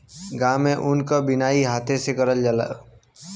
गांव में ऊन क बिनाई हाथे से करलन